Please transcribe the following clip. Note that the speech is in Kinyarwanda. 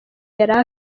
yari